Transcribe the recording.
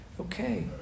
Okay